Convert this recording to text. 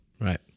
Right